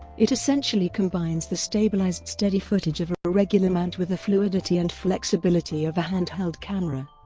it essentially combines the stabilized steady footage of a regular mount with the fluidity and flexibility of a handheld camera.